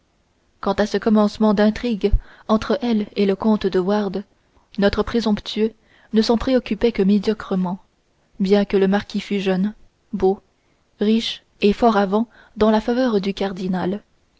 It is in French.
quant à ce commencement d'intrigue entre elle et le comte de wardes notre présomptueux ne s'en préoccupait que médiocrement bien que le marquis fût jeune beau riche et fort avant dans la faveur du cardinal